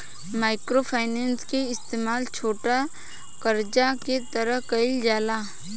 micro finance के इस्तमाल छोटा करजा के तरह कईल जाला